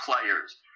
players